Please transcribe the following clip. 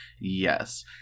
Yes